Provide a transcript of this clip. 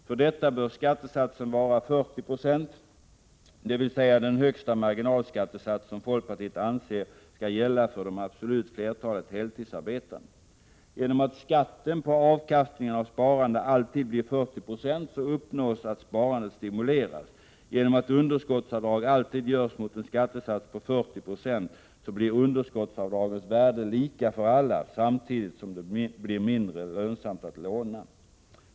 För detta bör skattesatsen vara 40 96, dvs. den högsta marginalskattesats som folkpartiet anser skall gälla för det absoluta flertalet heltidsarbetande. Genom att skatten på avkastningen av sparande alltid blir 40 96 uppnås att sparandet stimuleras. Genom att underskottsavdrag alltid görs mot en skattesats på 40 96 blir underskottsavdragens värde lika för alla, samtidigt som det blir mindre lönsamt att låna.